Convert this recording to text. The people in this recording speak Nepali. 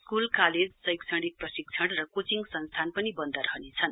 स्कूल कालेज शैक्षणिक प्रशिक्षण र कोचिङ सँस्थान पनि वन्द रहनेछन्